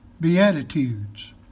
Beatitudes